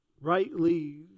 Rightly